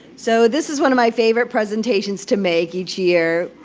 so this is one of my favorite presentations to make each year.